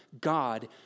God